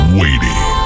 waiting